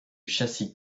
châssis